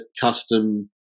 custom